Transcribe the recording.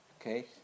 Okay